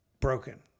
Broken